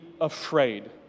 afraid